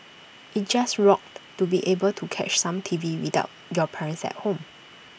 IT just rocked to be able to catch some T V without your parents at home